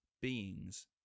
beings